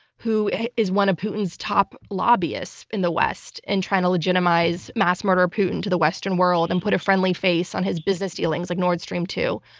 who is one of putin's top lobbyists in the west, and trying to legitimize mass murderer putin to the western world and put a friendly face on his business dealings, like nord stream two.